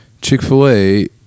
chick-fil-a